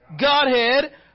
Godhead